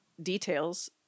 details